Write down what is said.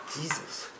Jesus